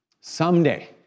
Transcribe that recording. Someday